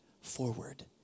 forward